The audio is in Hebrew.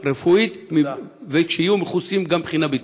רפואית ושיהיו מכוסים גם מבחינה ביטוחית.